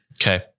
okay